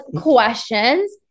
questions